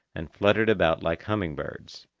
and fluttered about like humming-birds.